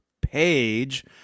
page